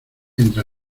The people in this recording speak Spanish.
entre